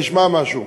תשמע משהו.